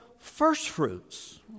firstfruits